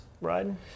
riding